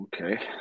Okay